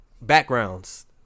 backgrounds